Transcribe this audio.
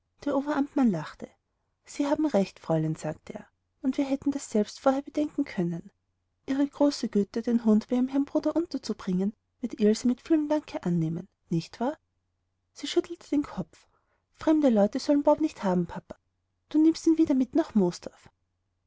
der oberamtmann lachte sie haben recht fräulein sagte er und wir hätten das selbst vorher bedenken können ihre große güte den hund bei ihrem herrn bruder unterzubringen wird ilse mit vielem danke annehmen nicht wahr sie schüttelte den kopf fremde leute sollen bob nicht haben papa du nimmst ihn wieder mit nach